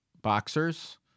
boxers